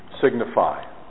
signify